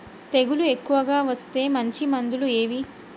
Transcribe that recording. తెగులు ఎక్కువగా వస్తే మంచి మందులు ఏవి?